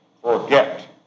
Forget